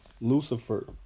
Lucifer